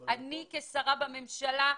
אני, כשרה בממשלה,